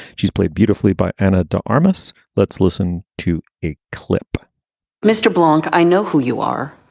she's played beautifully by anna de armas. let's listen to a clip mr. blank, i know who you are.